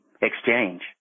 exchange